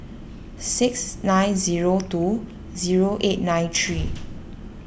six nine zero two zero eight nine three